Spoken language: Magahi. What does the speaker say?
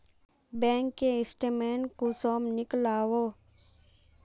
बैंक के स्टेटमेंट कुंसम नीकलावो?